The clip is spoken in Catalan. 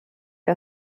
que